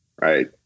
Right